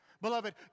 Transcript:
Beloved